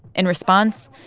in response,